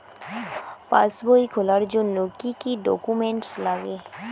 পাসবই খোলার জন্য কি কি ডকুমেন্টস লাগে?